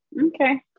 Okay